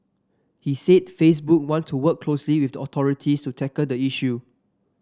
he said Facebook want to work closely with authorities to tackle the issue